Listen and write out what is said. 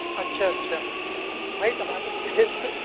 اچھا اچھا بھائی ٹماٹر کیا ریٹ میں